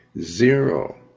Zero